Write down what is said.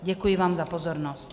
Děkuji vám za pozornost.